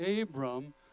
Abram